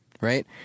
Right